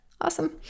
Awesome